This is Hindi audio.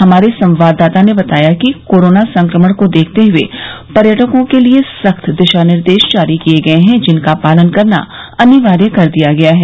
हमारे संवाददाता ने बताया है कि कोरोना संक्रमण को देखते हुए पर्यटकों के लिए सख्त दिशा निर्देश जारी किये गये हैं जिनका पालन करना अनिवार्य कर दिया गया है